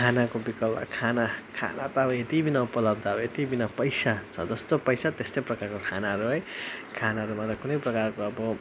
खानाको विकल खाना खाना न यति विघ्न उपलब्ध अब यति बिना पैसा छ जस्तो पैसा त्यस्तै प्रकारको खानाहरू है खानाहरूमा त कुनै प्रकारको अब